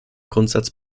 grundsatz